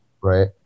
Right